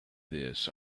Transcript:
this